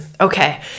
Okay